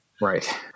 Right